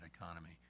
economy